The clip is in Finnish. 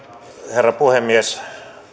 herra puhemies